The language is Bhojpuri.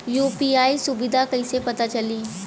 यू.पी.आई सुबिधा कइसे पता चली?